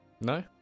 No